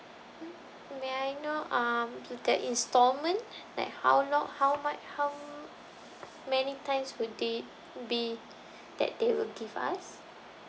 may I know um the installment like how long how muc~ how m~ many times would they be that they will give us